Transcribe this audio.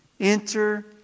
Enter